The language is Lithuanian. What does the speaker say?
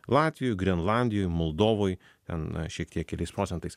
latvijoj grenlandijoj moldovoj ten na šiek tiek keliais procentais